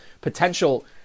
potential